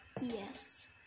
Yes